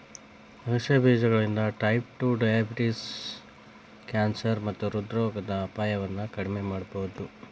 ಆಗಸೆ ಬೇಜಗಳಿಂದ type two diabetes, cancer ಮತ್ತ ಹೃದ್ರೋಗದ ಅಪಾಯವನ್ನ ಕಡಿಮಿ ಮಾಡಬೋದು